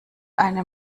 eine